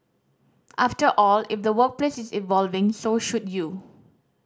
after all if the workplace is evolving so should you